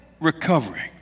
recovering